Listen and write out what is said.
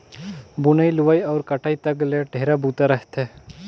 बुनई, लुवई अउ कटई तक ले ढेरे बूता रहथे